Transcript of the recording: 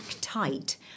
tight